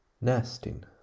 Nesting